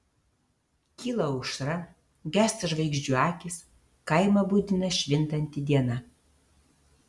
kyla aušra gęsta žvaigždžių akys kaimą budina švintanti diena